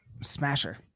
smasher